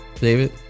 David